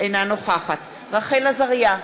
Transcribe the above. אינה נוכחת רחל עזריה,